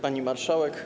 Pani Marszałek!